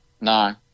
no